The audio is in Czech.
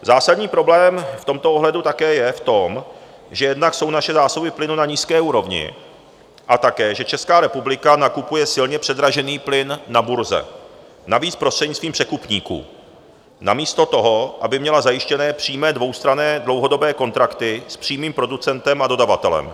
Zásadní problém v tomto ohledu také je v tom, že jednak jsou naše zásoby plynu na nízké úrovni, a také, že Česká republika nakupuje silně předražený plyn na burze, navíc prostřednictvím překupníků, namísto toho, aby měla zajištěné přímé dvoustranné dlouhodobé kontrakty s přímým producentem a dodavatelem.